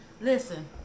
Listen